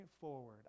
forward